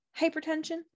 Hypertension